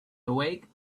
awake